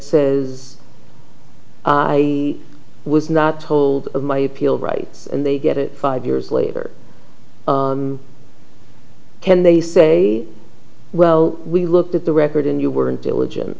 says i was not told of my appeal rights and they get it five years later then they say well we looked at the record and you weren't diligen